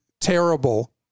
terrible